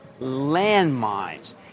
landmines